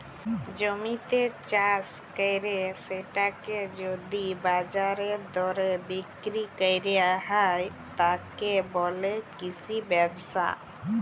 জমিতে চাস কইরে সেটাকে যদি বাজারের দরে বিক্রি কইর হয়, তাকে বলে কৃষি ব্যবসা